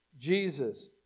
Jesus